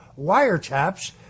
wiretaps